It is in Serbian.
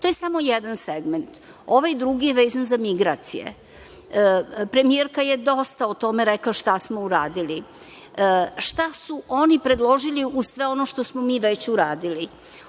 To je samo jedan segment. Ovaj drugi je vezan za migracije. Premijerka je dosta o tome rekla šta smo uradili. Šta su oni predložili uz sve ono što smo mi već uradili?